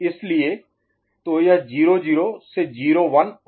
इसलिए तो यह 0 0 से 0 1 हो जाता है